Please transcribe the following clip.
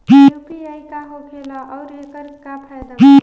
UPI का होखेला आउर एकर का फायदा बा?